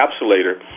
encapsulator